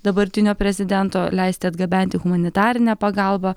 dabartinio prezidento leisti atgabenti humanitarinę pagalbą